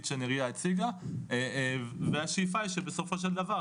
שנריה הציגה והשאיפה היא שבסופו של דבר,